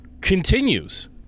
continues